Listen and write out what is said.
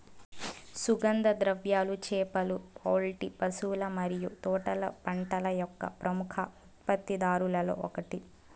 సుగంధ ద్రవ్యాలు, చేపలు, పౌల్ట్రీ, పశువుల మరియు తోటల పంటల యొక్క ప్రముఖ ఉత్పత్తిదారులలో ఒకటి